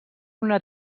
una